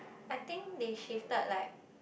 I think they shifted like